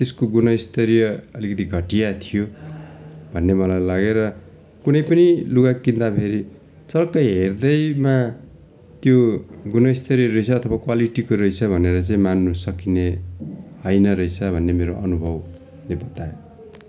त्यसको गुणस्तरीय अलिकति घटिया थियो भन्ने मलाई लाग्यो र कुनै पनि लुगा किन्दाखेरि चट्टै हेर्दैमा त्यो गुणस्तरीय रहेछ तपाईँ क्वालिटीको रहेछ भनेर चैँ मान्नु सकिने होइन रहेछ भन्ने मेरो अनुभवले बतायो